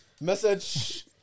Message